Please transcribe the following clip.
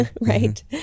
Right